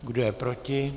Kdo je proti?